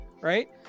right